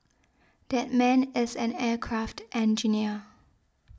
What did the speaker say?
that man is an aircraft engineer